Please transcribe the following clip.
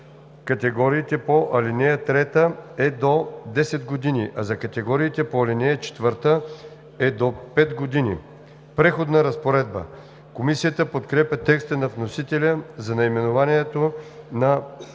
категориите по ал. 3 е до 10 години, а за категориите по ал. 4 е до 5 години“.“ „Преходна разпоредба.“ Комисията подкрепя текста на вносителя за наименованието на